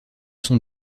son